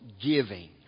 giving